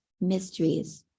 mysteries